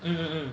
mm mm